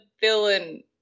villain